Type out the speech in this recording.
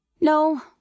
No